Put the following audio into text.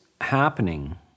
happening